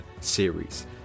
series